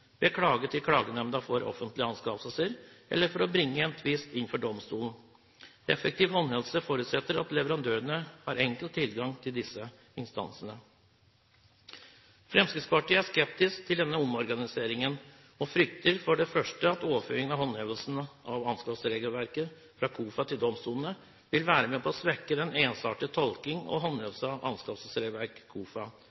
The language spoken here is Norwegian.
klage til Klagenemnda for offentlige anskaffelser, eller ved å bringe en tvist inn for domstolen. Effektiv håndhevelse forutsetter at leverandørene har enkel tilgang til disse instansene. Fremskrittspartiet er skeptisk til denne omorganiseringen, og frykter for det første for at overføring av håndhevelsen av anskaffelsesregelverket fra KOFA til domstolene vil være med på å svekke den ensartede tolking og